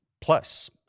Plus